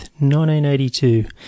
1982